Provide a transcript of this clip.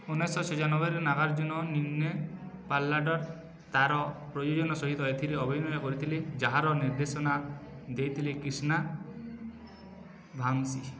ଉଣେଇଶି ଶହ ଛାୟାନବେରେ ନାଗାର୍ଜୁନ ନିନ୍ନେ ପେଲ୍ଲାଡ଼ାତାର ପ୍ରଯୋଜନା ସହିତ ଏଥିରେ ଅଭିନୟ କରିଥିଲେ ଯାହାର ନିର୍ଦ୍ଦେଶନା ଦେଇଥିଲେ କ୍ରିଷ୍ଣା ଭାମ୍ସୀ